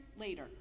later